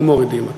ומורידים אותה.